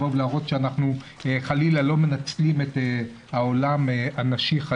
להראות שאנחנו חלילה לא מנצלים את העולם הנשי.